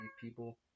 people